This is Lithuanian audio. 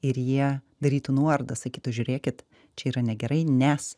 ir jie darytų nuorodą sakytų žiūrėkit čia yra negerai nes